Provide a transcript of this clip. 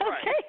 Okay